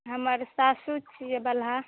हमर सासुर छियै बलहा